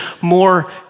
more